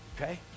Okay